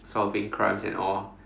solving crimes and all